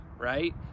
right